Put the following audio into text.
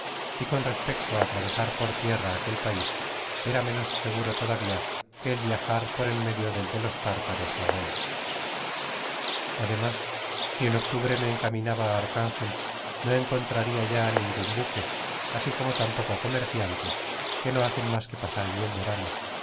y con respeotp á atravesar por tierra aquel pais eramenos seguro todavia que el viajar por en medio del de los tártaros mogoles además si en oetubfe me encaminaba á archangel no enconjtraria ya ningun iwqae asi como tampoco comerciantes que no hacen mas que pasar alli el verano